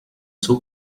seu